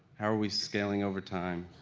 how are we scaling over time.